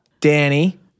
Danny